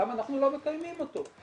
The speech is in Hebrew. למה אנחנו לא מקיימים אותו?